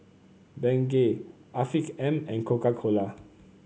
Bengay Afiq M and Coca Cola